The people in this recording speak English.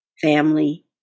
family